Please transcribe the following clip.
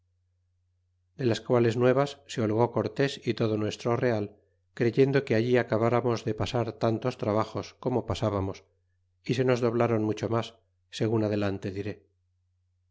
de las quales nuevas se holgó cortes y todo nuestro real creyendo que allí acabaramos de pasar tantos trabajos como pasábamos y se nos doblron mucho mas segun adelante diré